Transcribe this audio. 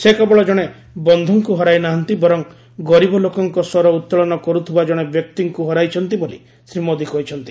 ସେ କେବଳ ଜଣେ ବନ୍ଧୁଙ୍କୁ ହରାଇ ନାହାନ୍ତି ବରଂ ଗରିବ ଲୋକଙ୍କ ସ୍ୱର ଉତ୍ତୋଳନ କରୁଥିବା ଜଣେ ବ୍ୟକ୍ତିଙ୍କୁ ହରାଇଛନ୍ତି ବୋଲି ଶ୍ରୀ ମୋଦୀ କହିଛନ୍ତି